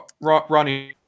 Ronnie